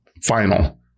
final